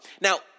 Now